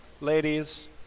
Ladies